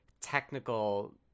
technical